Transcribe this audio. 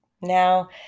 Now